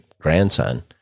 grandson